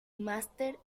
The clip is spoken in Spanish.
master